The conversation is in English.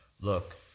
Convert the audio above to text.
look